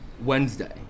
Wednesday